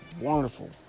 wonderful